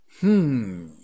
Hmm